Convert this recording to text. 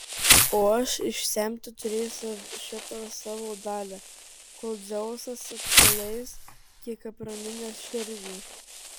o aš išsemti turėsiu šitą savo dalią kol dzeusas atsileis kiek apraminęs širdį